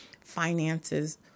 finances